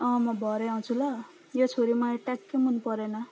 अँ म भरै आउँछु ल यो छुरी मलाई ट्याक्कै मन परेन